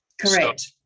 Correct